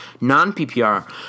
non-PPR